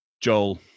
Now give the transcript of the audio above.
joel